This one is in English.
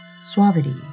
suavity